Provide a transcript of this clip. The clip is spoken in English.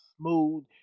smooth